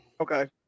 Okay